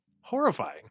Horrifying